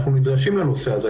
אנחנו נדרשים לנושא הזה.